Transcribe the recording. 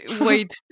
wait